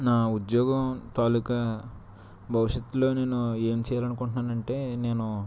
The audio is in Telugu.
నా ఉద్యోగం తాలూకా భవిష్యత్తులో నేను ఏమి చేయాలి అనుకుంటున్నాను అంటే నేను